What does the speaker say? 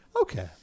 Okay